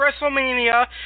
Wrestlemania